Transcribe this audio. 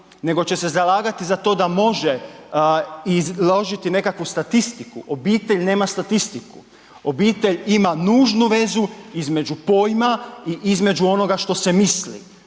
nego će se zalagati za to da može izložiti nekakvu statistiku, obitelj nema statistiku, obitelj ima nužnu vezu između pojma i između onoga što se misli,